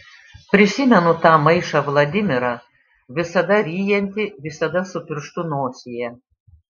prisimenu tą maišą vladimirą visada ryjantį visada su pirštu nosyje